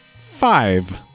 Five